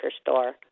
store